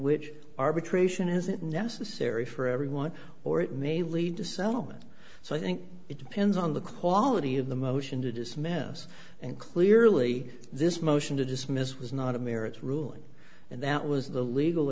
which arbitration isn't necessary for everyone or it may lead to sell and so i think it depends on the quality of the motion to dismiss and clearly this motion to dismiss was not a merits ruling and that was the legal